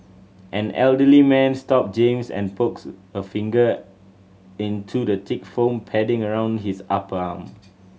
an elderly man stop James and pokes a finger into the thick foam padding around his upper arm